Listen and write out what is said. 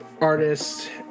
artist